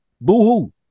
Boo-hoo